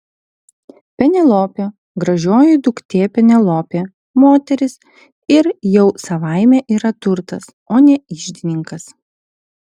penelopė gražioji duktė penelopė moteris ir jau savaime yra turtas o ne iždininkas